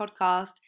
podcast